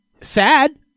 sad